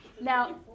Now